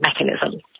mechanism